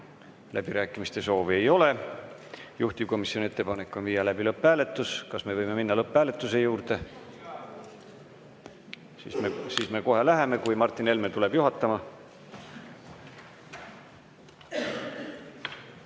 Läbirääkimiste soovi ei ole. Juhtivkomisjoni ettepanek on viia läbi lõpphääletus. Kas me võime minna lõpphääletuse juurde? Siis me kohe läheme, kui Martin Helme tuleb juhatama.